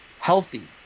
healthy